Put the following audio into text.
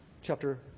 chapter